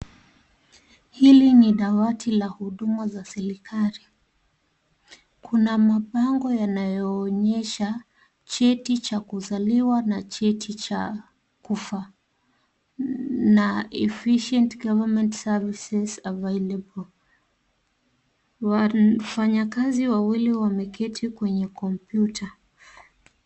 Hili ni dawati la huduma za serikali. Kuna mabango yanayoonyesha cheti cha kuzaliwa na cheti cha kufa na efficient government service available . Wafanyikazi wawili wameketi kwenye kompyuta.